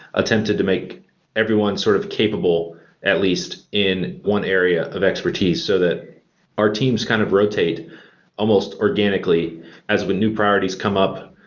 attempted to make everyone sort of capable at least in one area of expertise so that our teams kind of rotate almost organically as when new priorities come up.